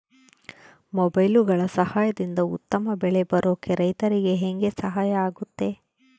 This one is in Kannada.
ಮೊಬೈಲುಗಳ ಸಹಾಯದಿಂದ ಉತ್ತಮ ಬೆಳೆ ಬರೋಕೆ ರೈತರಿಗೆ ಹೆಂಗೆ ಸಹಾಯ ಆಗುತ್ತೆ?